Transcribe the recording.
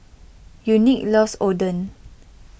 Unique loves Oden